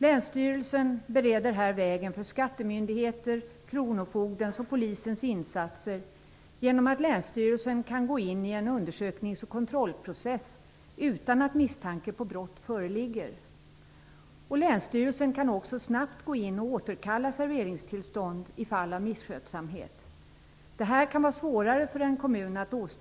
Länsstyrelsen bereder här vägen för skattemyndighetens, kronofogdens och polisens insatser genom att länsstyrelsen kan gå in i en undersöknings och kontrollprocess utan att misstanke om brott föreligger. Länsstyrelsen kan också snabbt gå in och återkalla serveringstillstånd i fall av misskötsamhet. Detta kan vara svårare för en kommun att åstadkomma.